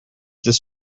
this